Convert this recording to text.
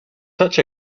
such